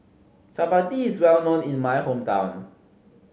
chapati is well known in my hometown